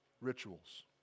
rituals